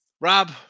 Rob